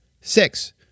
Six